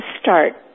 start